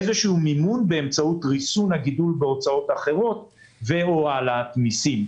איזשהו מימון באמצעות ריסון הגידול בהוצאות אחרות או העלאת מיסים.